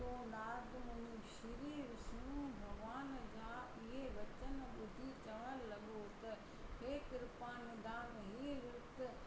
तो नारद मुनी श्री विष्नु भॻिवान जा इहे वचन ॿुधी चवणु लॻो त हे कृपा निदान हे विर्त